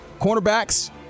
cornerbacks